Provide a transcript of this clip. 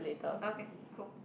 okay cool